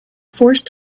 forced